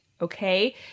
okay